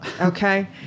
okay